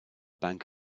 bank